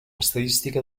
estadística